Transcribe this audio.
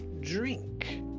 Drink